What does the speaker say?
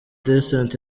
decent